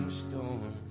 storm